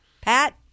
Pat